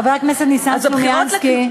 חבר הכנסת ניסן סלומינסקי,